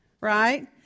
right